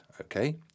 Okay